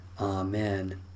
Amen